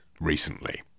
recently